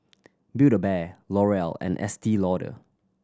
Build A Bear L'Oreal and Estee Lauder